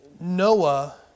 Noah